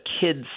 kids